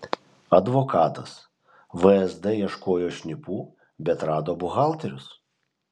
advokatas vsd ieškojo šnipų bet rado buhalterius